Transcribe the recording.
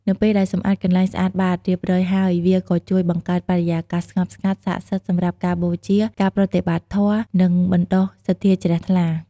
នៅពេលដែល សម្អាតកន្លែងស្អាតបាត រៀបរយហើយ វាក៏ជួយបង្កើតបរិយាកាសស្ងប់ស្ងាត់ ស័ក្តិសមសម្រាប់ការបូជា ការប្រតិបត្តិធម៌ និងបណ្តុះសទ្ធាជ្រះថ្លា។